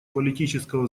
политического